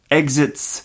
exits